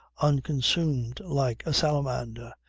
unconsumed like a salamander,